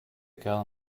kerl